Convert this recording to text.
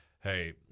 hey